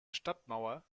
stadtmauer